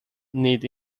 need